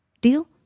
Deal